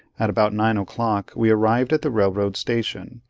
at about nine o'clock we arrived at the railroad station,